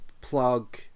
plug